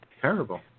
terrible